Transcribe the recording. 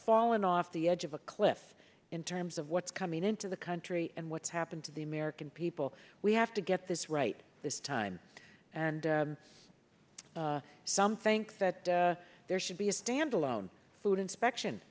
fallen off the edge of a cliff in terms of what's coming into the country and what's happened to the american people we have to get this right this time and some think that there should be a standalone food inspection